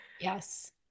Yes